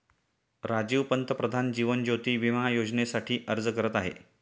राजीव पंतप्रधान जीवन ज्योती विमा योजनेसाठी अर्ज करत आहे